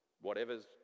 whatever's